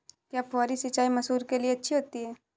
क्या फुहारी सिंचाई मसूर के लिए अच्छी होती है?